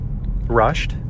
rushed